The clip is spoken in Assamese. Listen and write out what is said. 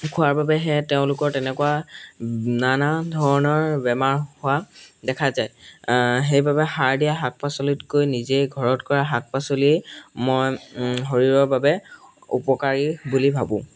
খোৱাৰ বাবেহে তেওঁলোকৰ তেনেকুৱা নানা ধৰণৰ বেমাৰ হোৱা দেখা যায় সেইবাবে সাৰ দিয়া শাক পাচলিতকৈ নিজেই ঘৰত কৰা শাক পাচলিয়েই মই শৰীৰৰ বাবে উপকাৰী বুলি ভাবোঁ